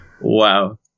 Wow